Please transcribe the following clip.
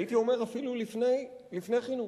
הייתי אומר אפילו לפני חינוך.